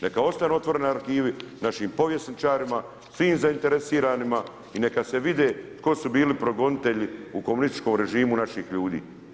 Neka ostanu otvoreni arhivi našim povjesničarima, svim zainteresiranima i neka se vide tko su bili progonitelji u komunističkom režimu naših ljudi.